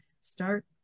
start